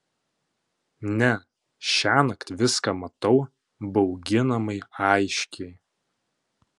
ne šiąnakt viską matau bauginamai aiškiai